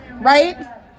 right